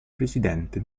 presidente